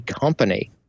company